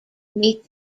meet